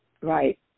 right